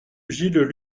gilles